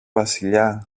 βασιλιά